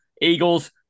Eagles